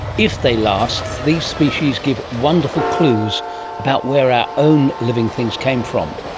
if they last, these species give wonderful clues about where our own living things came from.